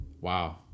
Wow